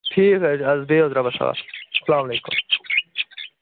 ٹھیٖک حظ اَدٕ حظ بِہِو حظ بِہِو رۅبس حَوال سَلا مُ علیکُم